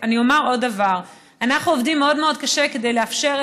אני אומר עוד דבר: אנחנו עובדים מאוד מאוד קשה כדי לאפשר,